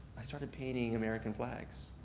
i started painting american flags.